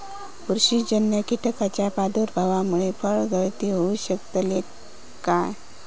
बुरशीजन्य कीटकाच्या प्रादुर्भावामूळे फळगळती होऊ शकतली काय?